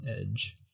edge